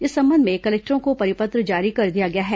इस संबंध में कलेक्टरों को परिपत्र जारी कर दिया गया है